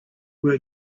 were